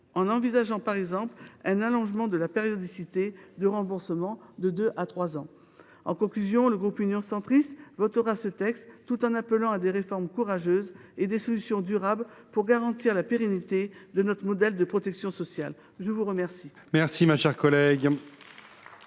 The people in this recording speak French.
envisager un allongement de la périodicité de remboursement de deux à trois ans. En conclusion, le groupe Union Centriste votera ce texte, tout en appelant de ses vœux des réformes courageuses et des solutions durables pour garantir la pérennité de notre modèle de protection sociale. La parole